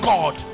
God